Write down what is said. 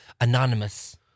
Anonymous